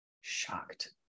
shocked